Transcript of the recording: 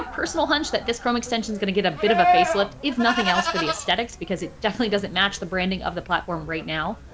ah personal hunch that this chrome extension is going to get a bit of a facelift, if nothing else, for the aesthetics, because it definitely doesn't match the branding of the platform right now.